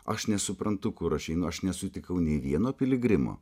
aš nesuprantu kur aš einu aš nesutikau nei vieno piligrimo